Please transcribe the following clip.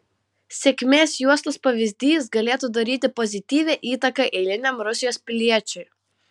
sėkmės juostos pavyzdys galėtų daryti pozityvią įtaką eiliniam rusijos piliečiui